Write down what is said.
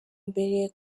mbere